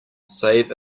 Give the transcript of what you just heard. save